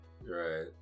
Right